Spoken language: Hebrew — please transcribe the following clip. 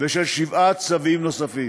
ושל שבעה צווים נוספים.